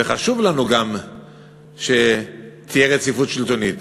וחשוב לנו גם שתהיה רציפות שלטונית,